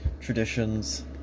traditions